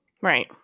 Right